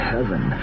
Heaven